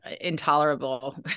intolerable